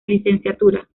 licenciatura